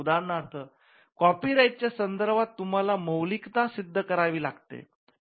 उदाहरणार्थ कॉपीराइटच्या संदर्भात तुम्हाला मौलिकता सिद्ध करावी लागते